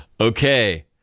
Okay